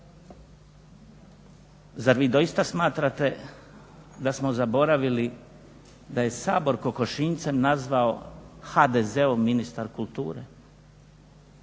Zar vi doista smatrate da smo zaboravili da je Sabor kokošinjcem nazvao HDZ-ov ministar kulture.